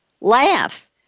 laugh